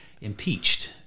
impeached